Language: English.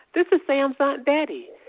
this is sam's aunt betty.